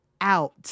out